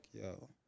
yo